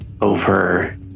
over